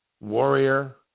Warrior